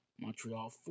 Montreal